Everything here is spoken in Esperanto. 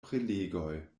prelegoj